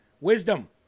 Wisdom